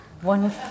One